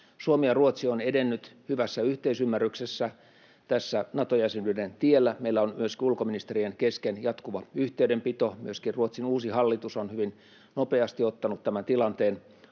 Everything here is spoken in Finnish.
Suomi ja Ruotsi ovat edenneet hyvässä yhteisymmärryksessä tässä Nato-jäsenyyden tiellä. Meillä on myöskin ulkoministerien kesken jatkuva yhteydenpito. Myöskin Ruotsin uusi hallitus on hyvin nopeasti ottanut tämän tilanteen